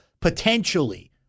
potentially